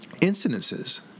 incidences